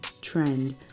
trend